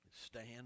stand